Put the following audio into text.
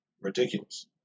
ridiculous